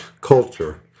Culture